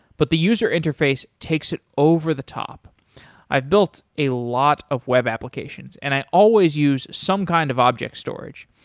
but the user interface takes it over the top i've built a lot of web applications and i always use some kind of object storage.